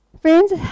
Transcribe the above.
Friends